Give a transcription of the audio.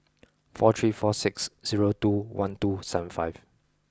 four three four six zero two one two seven five